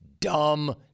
Dumb